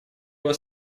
его